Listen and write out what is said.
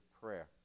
prayer